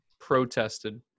protested